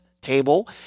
table